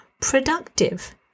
productive